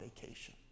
vacation